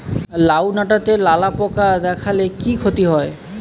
লাউ ডাটাতে লালা পোকা দেখালে কি ক্ষতি হয়?